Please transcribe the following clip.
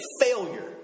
failure